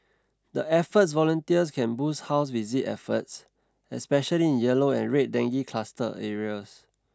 the efforts volunteers can boost house visit efforts especially in yellow and red dengue cluster areas